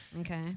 Okay